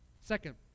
Second